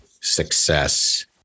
success